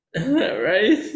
Right